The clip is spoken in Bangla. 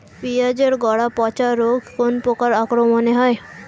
পিঁয়াজ এর গড়া পচা রোগ কোন পোকার আক্রমনে হয়?